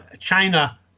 China